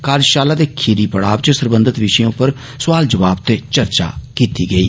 कार्यशाला दे खीरी पढ़ाव इच सरबंधत विषयें उप्पर सौआल जवाब ते चर्चा कीती गेई